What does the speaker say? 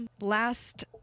Last